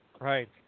Right